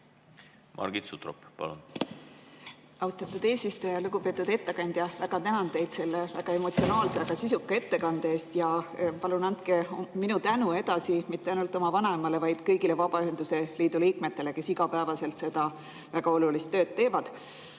Margit Sutrop, palun! Austatud eesistuja! Lugupeetud ettekandja! Väga tänan teid selle väga emotsionaalse, aga sisuka ettekande eest. Ja palun andke minu tänu edasi mitte ainult oma vanaemale, vaid kõigile Vabaühenduste Liidu liikmetele, kes iga päev seda väga olulist tööd teevad.